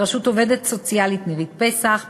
בראשות העובדת הסוציאלית נירית פסח,